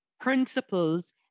principles